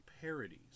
parodies